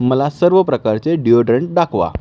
मला सर्व प्रकारचे डिओड्रंट दाखवा